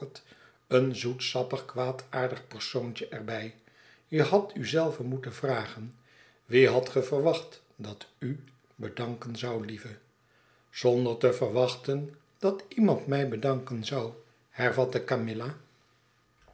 een zoetsappig kwaadaardig persoontje er by je hadt u zelve moeten vragen wien hadt ge verwacht dat u bedanken zou lieve zonder te verwachten dat iemand mij bedanken zou hervatte camilla